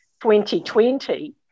2020